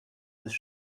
ist